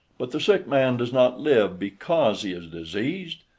but the sick man does not live because he is diseased,